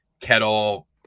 kettle